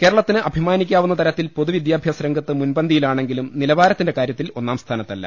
കേരളത്തിന് അഭിമാനിക്കാവുന്ന തരത്തിൽ പൊതുവിദ്യാഭ്യാ സരംഗത്ത് മുൻപന്തിയിലാണെങ്കിലും നിലവാരത്തിന്റെ കാര്യ ത്തിൽ ഒന്നാംസ്ഥാനത്തല്ല